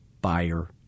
buyer –